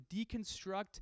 deconstruct